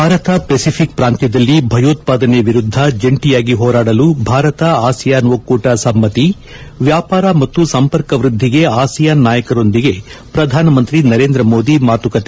Bharat Pacific ಪ್ರಾಂತ್ವದಲ್ಲಿ ಭಯೋತ್ಪಾದನೆ ವಿರುದ್ದ ಜಂಟಿಯಾಗಿ ಹೋರಾಡಲು ಭಾರತ ಆಸಿಯಾನ್ ಒಕ್ಕೂಟ ಸಮ್ಮತಿ ವ್ಯಾಪಾರ ಮತ್ತು ಸಂಪರ್ಕ ವೃದ್ದಿಗೆ ಆಸಿಯಾನ್ ನಾಯಕರೊಂದಿಗೆ ಪ್ರಧಾನಮಂತ್ರಿ ನರೇಂದ್ರ ಮೋದಿ ಮಾತುಕತೆ